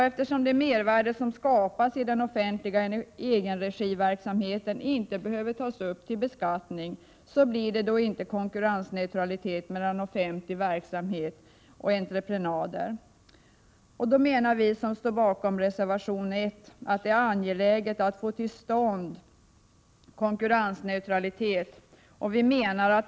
Eftersom det mervärde som skapas i den offentliga egenregiverksamheten inte behöver tas upp till beskattning, blir det inte konkurrensneutralitet mellan offentlig verksamhet och entreprenader. Vi som står bakom reservation 1 menar därför att det är angeläget att få till stånd konkurrensneutralitet.